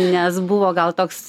nes buvo gal toks